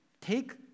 take